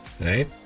right